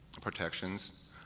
protections